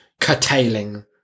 curtailing